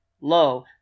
Lo